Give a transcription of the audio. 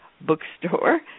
Bookstore